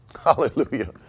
Hallelujah